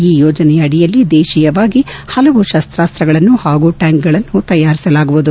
ಈ ಯೋಜನೆಯಡಿಯಲ್ಲಿ ದೇತೀಯವಾಗಿ ಪಲವು ಶಸ್ತಾಸ್ತಗಳನ್ನು ಹಾಗೂ ಬ್ರಾಂಕ್ಗಳನ್ನು ತಯಾರಿಸಲಾಗುವುದು